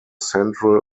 central